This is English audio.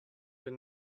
been